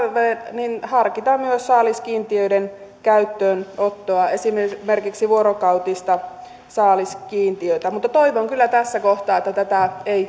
on tarve harkita myös saaliskiintiöiden käyttöönottoa esimerkiksi esimerkiksi vuorokautista saaliskiintiötä mutta toivon kyllä tässä kohtaa että tätä ei